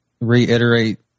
Reiterate